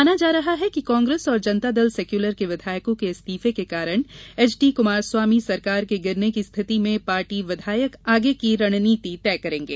माना जा रहा है कि कांग्रेस और जनता दल सेकुलर के विधायकों के इस्तीफे के कारण एचडी कुमारस्वामी सरकार के गिरने की स्थिति में पार्टी विधायक आगे की रणनीति तय करेंगे